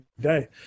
day